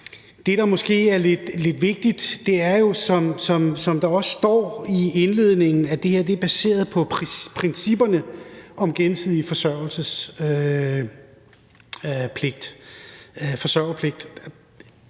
Det, der måske er lidt vigtigt, er jo, som der også står i indledningen, at det her er baseret på principperne om gensidig forsørgerpligt.